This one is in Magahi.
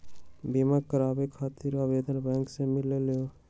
बिमा कराबे खातीर आवेदन बैंक से मिलेलु?